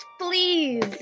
Please